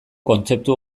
kontzeptu